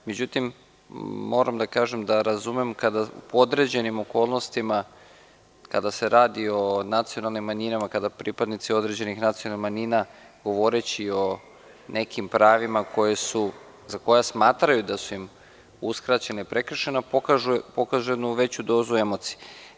Međutim, moram da kažem da razumempo određenim okolnostima kada se radi o nacionalnim manjinama, kada pripadnici određenih nacionalnih manjina govoreći o nekim pravima za koja smatraju da su im uskraćena i prekršena pokažu jednu veću dozu emocije.